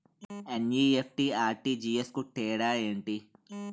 NEFT, RTGS కు తేడా ఏంటి?